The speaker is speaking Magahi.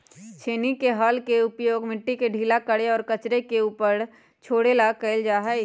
छेनी के हल के उपयोग मिट्टी के ढीला करे और कचरे के ऊपर छोड़े ला कइल जा हई